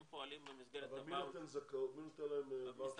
הם פועלים במסגרת --- מי נותן להם ואוצ'רים?